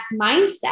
mindset